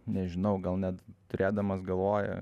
nežinau gal net turėdamas galvoj